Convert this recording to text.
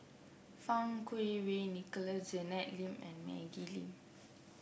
Fang Kuo Wei Nicholas Janet Lim and Maggie Lim